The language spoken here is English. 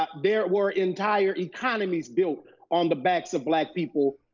but there were entire economies built on the backs of black people.